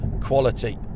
quality